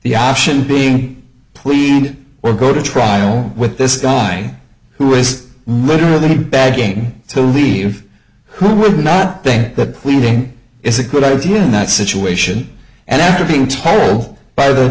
the option being plead or go to trial with this guy who is literally begging to leave who would not think that cleaning is a good idea in that situation and after being told by the